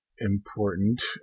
important